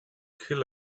kill